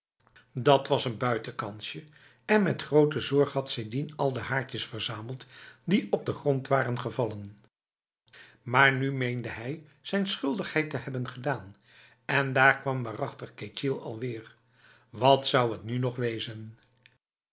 dat was een buitenkansje en met grote zorg had sidin al de haartjes verzameld die op de grond waren gevallen maar nu meende hij zijn schuldigheid te hebben gedaan en daar kwam waarachtig ketjil alweer wat zou het nu nog wezen